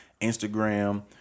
instagram